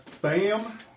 Bam